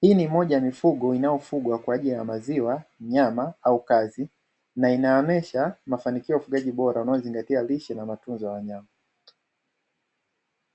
hii ni moja ya mifugo inayofugwa kwa ajili ya maziwa, nyama au kazi na inaonyesha mafanikio ya ufugaji bora unaozingatia lishe na matunzo ya wanyama.